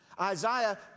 Isaiah